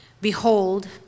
Behold